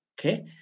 okay